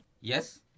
Yes